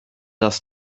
das